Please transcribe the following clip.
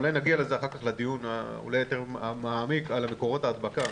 אולי נגיע לזה אחר כך בדיון היותר מעמיק על מקורות ההדבקה.